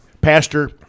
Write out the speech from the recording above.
Pastor